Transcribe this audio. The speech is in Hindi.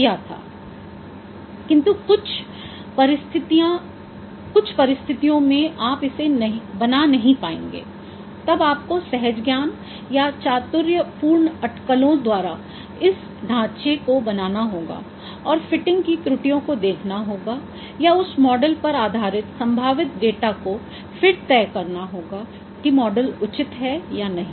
किन्तु कुछ परिस्थितियों में आप इसे बना नहीं पाएंगे तब आपको सहजज्ञान या चातुर्यपूर्ण अटकलों द्वारा इस ढांचे को बनाना होगा और फिटिंग की त्रुटियों को देखना होगा या उस मॉडल पर आधारित संभावित डेटा को फिर तय करना होगा की मॉडल उचित है या नहीं